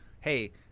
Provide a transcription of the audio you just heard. hey